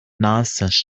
nonsense